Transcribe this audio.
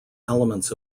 elements